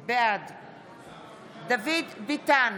סוערות מדי שבוע, הייתי אומר אפילו למעלה מכך,